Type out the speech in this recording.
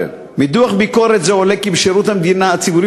"מדוח ביקורת זה עולה כי בשירות הציבורי